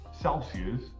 Celsius